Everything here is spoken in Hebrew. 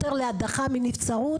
יותר להדחה מנבצרות,